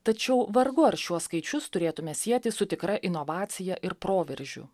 tačiau vargu ar šiuos skaičius turėtume sieti su tikra inovacija ir proveržiu